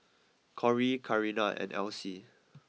Corry Karina and Alcie